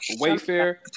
Wayfair